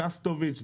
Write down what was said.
שסטוביץ,